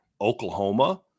Oklahoma